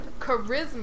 charisma